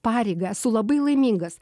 pareigą esu labai laimingas